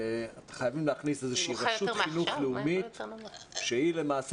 חייבים להכניס איזה שהיא רשות חינוך לאומית שהיא למעשה